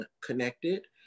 connected